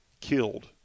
killed